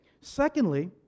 Secondly